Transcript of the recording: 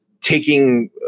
taking